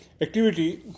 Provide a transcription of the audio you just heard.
activity